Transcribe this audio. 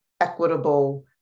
equitable